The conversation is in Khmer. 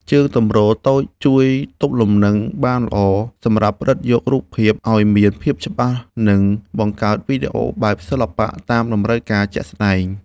ជើងទម្រតូចជួយទប់លំនឹងបានយ៉ាងល្អ សម្រាប់ផ្ដិតយករូបភាពឱ្យមានភាពច្បាស់ និង បង្កើតវីដេអូបែបសិល្បៈតាមតម្រូវការជាក់ស្ដែង។